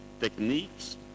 Techniques